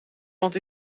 want